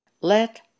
Let